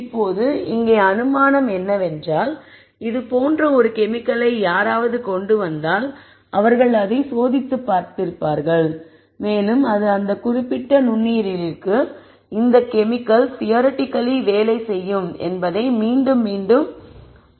இப்போது இங்கே அனுமானம் என்னவென்றால் இது போன்ற ஒரு கெமிக்கலை யாராவது கொண்டு வந்தால் அவர்கள் அதை சோதித்துப் பார்த்திருப்பார்கள் மேலும் அது அந்த குறிப்பிட்ட நுண்ணுயிரிகளுக்கு இந்த கெமிக்கல் தியரிட்டிக்கலி வேலை செய்யும் என்பதை மீண்டும் மீண்டும் அவர்கள் காட்டியுள்ளனர்